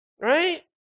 Right